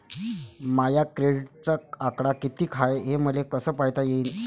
माया क्रेडिटचा आकडा कितीक हाय हे मले कस पायता येईन?